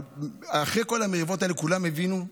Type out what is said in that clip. אבל אחרי כל המריבות האלה כולם הבינו,